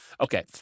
okay